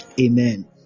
Amen